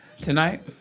Tonight